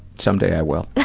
someday, i will.